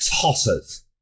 tossers